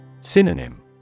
Synonym